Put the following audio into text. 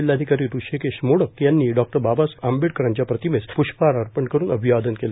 जिल्हाधिकारी ऋषिकेश मोडक यांनी डॉ आंबेडकरांच्या प्रतिमेस प्रष्पहार अर्पण करून अभिवादन केलं